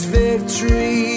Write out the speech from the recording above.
victory